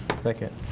second.